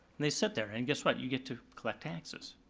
and they sit there, and guess what, you get to collect taxes.